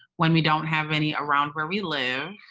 when we don't have any around where we live.